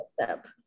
step